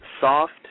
Soft